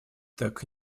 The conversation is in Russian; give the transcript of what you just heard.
так